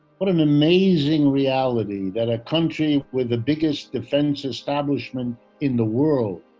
what an amazing reality, that a country with the biggest defense establishment in the world,